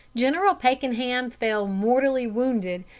general pakenham fell mortally wounded,